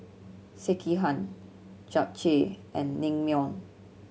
Sekihan Japchae and Naengmyeon